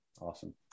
Awesome